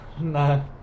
No